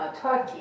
Turkey